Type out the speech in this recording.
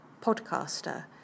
podcaster